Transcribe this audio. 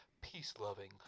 Peace-loving